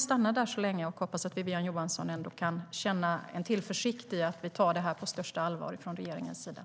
Jag hoppas att Wiwi-Anne Johansson trots allt kan känna tillförsikt i att vi från regeringens sida tar den här frågan på största allvar.